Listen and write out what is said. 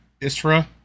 Isra